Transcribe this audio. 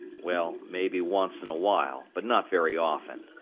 well maybe once in a while, but not very often.